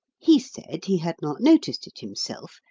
he said he had not noticed it himself,